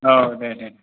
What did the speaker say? औ दे दे